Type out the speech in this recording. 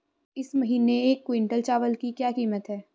इस महीने एक क्विंटल चावल की क्या कीमत है?